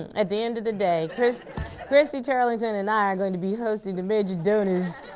at the end of the day, christy christy turlington and i are going to be hosting the major donor's